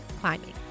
climbing